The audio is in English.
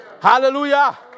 Hallelujah